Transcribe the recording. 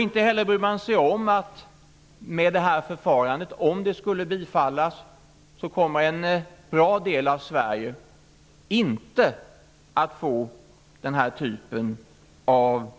Inte heller bryr man sig om att med det här förfarandet, om det skulle bifallas, kommer en bra del av Sverige att inte få den typ av